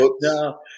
No